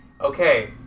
okay